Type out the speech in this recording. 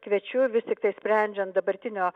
kviečiu vis tiktai sprendžiant dabartinio